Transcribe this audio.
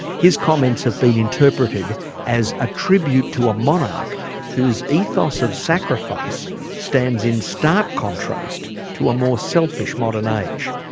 his comments have been interpreted as a tribute to a monarch whose ethos of sacrifice stands in stark contrast to a more selfish modern age.